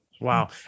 wow